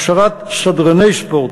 הכשרת סדרני ספורט,